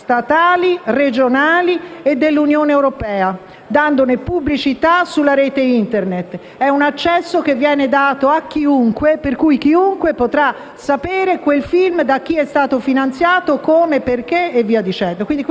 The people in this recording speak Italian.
statali, regionali e dell'Unione europea, dandone pubblicità sulla rete Internet. È un accesso che viene dato a chiunque. Dunque, chiunque potrà sapere quel film da chi è stato finanziato, come e perché.